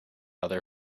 other